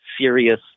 serious